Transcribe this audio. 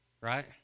right